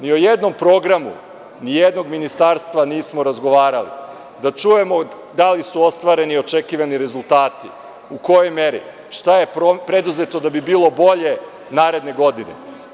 Ni o jednom programu ni jednog ministarstva nismo razgovarali da čujemo da li su ostvareni očekivani rezultati, u kojoj meri, šta je preduzeto da bi bilo bolje naredne godine.